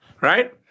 right